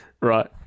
right